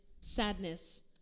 sadness